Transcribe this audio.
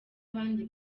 abandi